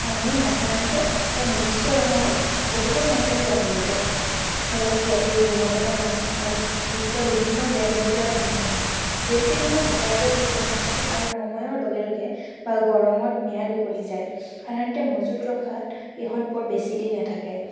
আমি সাধাৰণতে এটা নিৰ্দিষ্ট ৰঙৰ বহুতৰ মাজেৰে যাবলগীয়া হয় লগতে চিয়াঁহীৰ গুণগত মান আৰু স্থায়ীত্ব বিভিন্ন ব্ৰেণ্ডৰপৰা ভিন্ন হয় জেল পেনবোৰ শুকাই যোৱাৰ প্ৰৱণতা থাকে আৰু সময়ৰ লগে লগে বা গৰমত ম্যাদ উকলি যায় সাধাৰণতে মজুত ৰখাত ইহঁত বৰ বেছিদিন নাথাকে